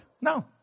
No